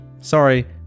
Sorry